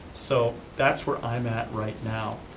so that's where i'm at right now.